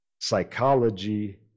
psychology